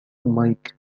مايك